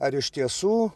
ar iš tiesų